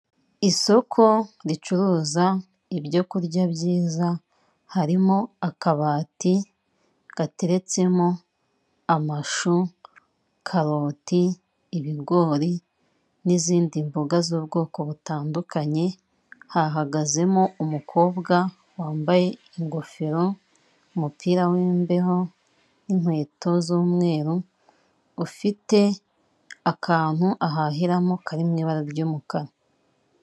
Isoko ricuruza ibyo kurya byiza harimo akabati gateretsemo amashu, karoti, ibigori n'izindi mboga z'ubwoko butandukanye, hahagazemo umukobwa wambaye ingofero umupira wi'imbeho n'inkweto z'umweru ufite akantu ahahiramo kari mu ibara ry'umukara.